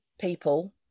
people